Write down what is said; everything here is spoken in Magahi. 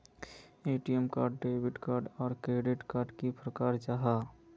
ए.टी.एम कार्ड डेबिट कार्ड आर क्रेडिट कार्ड डोट की फरक जाहा?